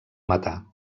matar